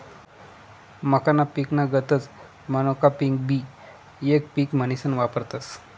मक्काना पिकना गतच मोनोकापिंगबी येक पिक म्हनीसन वापरतस